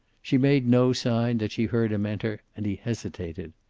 she made no sign that she heard him enter, and he hesitated.